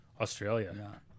Australia